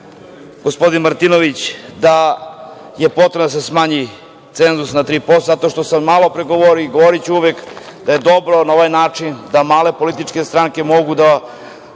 gospodin Martinović da je potrebno da se smanji cenzus na 3%, zato što sam malopre govorio i govoriću uvek da je dobro na ovaj način da male političke stranke mogu da